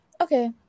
Okay